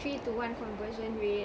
three to one conversion rate